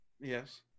Yes